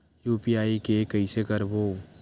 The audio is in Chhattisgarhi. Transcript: यू.पी.आई के कइसे करबो?